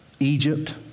Egypt